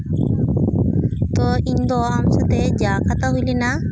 ᱛᱚ ᱤᱧᱫᱚ ᱟᱢ ᱥᱟᱶᱛᱮ ᱡᱟ ᱠᱟᱛᱷᱟ ᱦᱩᱭ ᱞᱮᱱᱟ